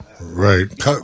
Right